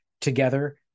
together